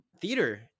theater